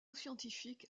scientifique